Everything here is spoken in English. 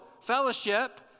fellowship